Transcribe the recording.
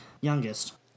youngest